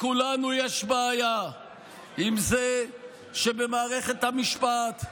לכולנו יש בעיה עם זה שבמערכת המשפט,